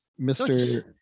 Mr